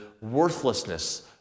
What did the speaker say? worthlessness